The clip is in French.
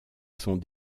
sont